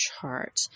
chart